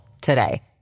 today